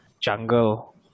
jungle